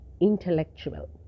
intellectual